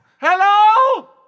Hello